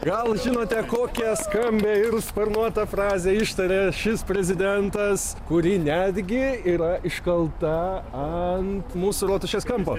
gal žinote kokią skambią ir sparnuotą frazę ištarė šis prezidentas kuri netgi yra iškalta ant mūsų rotušės kampo